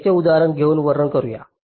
त्याचं उदाहरण देऊन वर्णन करूया